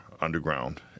underground